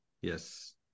Yes